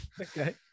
Okay